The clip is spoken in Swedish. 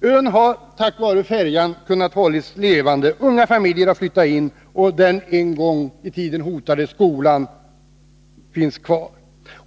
Ön har tack vare färjan kunnat hållas levande. Unga familjer har flyttat in, och den en gång i tiden hotade skolan finns kvar.